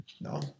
No